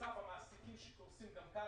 בנוסף לכך, המעסיקים שקורסים גם ככה,